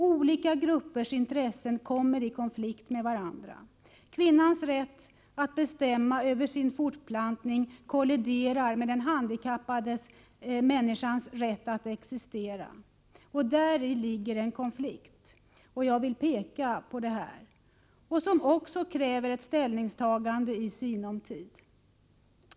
Olika gruppers intressen kommer i konflikt med varandra. Kvinnans rätt att bestämma över sin fortplantning kolliderar med den handikappade människans rätt att existera. Däri ligger en konflikt. Jag vill peka på detta. Här krävs också ett ställningstagande i sinom tid.